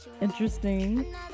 interesting